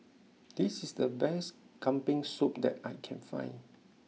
this is the best Kambing Soup that I can find